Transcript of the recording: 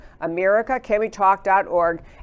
americacanwetalk.org